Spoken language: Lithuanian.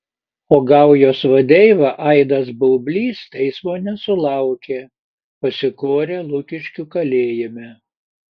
o gaujos vadeiva aidas baublys teismo nesulaukė pasikorė lukiškių kalėjime